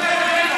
נא להוציא אותו.